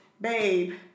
babe